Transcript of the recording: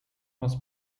was